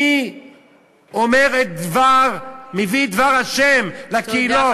מי מביא את דבר ה' לקהילות?